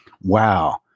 wow